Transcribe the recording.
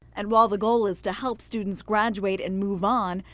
and while the goal is to help students graduate and move on,